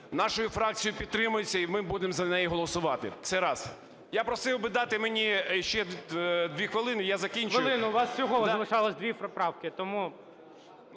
нашою фракцією підтримується, і ми будемо за неї голосувати. Це раз. Я просив би дати мені ще 2 хвилини, я закінчую. ГОЛОВУЮЧИЙ. Хвилину. У вас всього залишалось дві правки, тому.